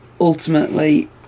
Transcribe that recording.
ultimately